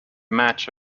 match